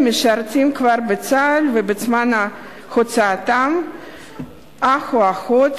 משרתים כבר בצה"ל בזמן הוצאתם של אח או אחות